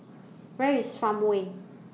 Where IS Farmway